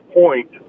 point